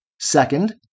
Second